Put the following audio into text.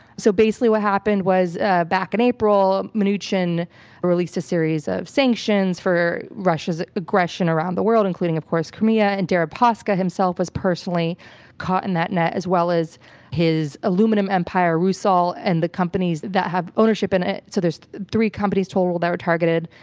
so basically, what happened was ah back in april, mnuchin released a series of sanctions for russia's aggression around the world, including of course crimea, and deripaska himself was personally caught in that net, as well as his aluminum empire rusal, and the companies that have ownership in it. so there's three companies total that were targeted.